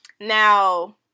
Now